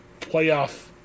playoff